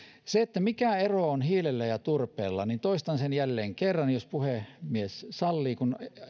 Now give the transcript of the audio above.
muuta sen mikä ero on hiilellä ja turpeella toistan jälleen kerran jos puhemies sallii kun